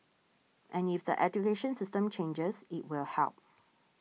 and if the education system changes it will help